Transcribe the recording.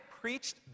preached